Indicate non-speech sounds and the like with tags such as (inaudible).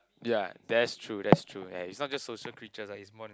ya that's true that's true (noise) ya it's not just social creatures lah it's more like